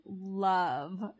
love